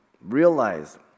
realize